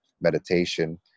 meditation